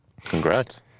congrats